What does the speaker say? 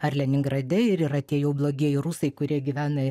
ar leningrade ir yra tie jau blogieji rusai kurie gyvena